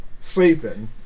sleeping